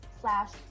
slash